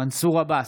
מנסור עבאס,